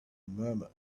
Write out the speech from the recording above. murmur